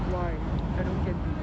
why I don't get it